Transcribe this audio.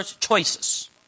choices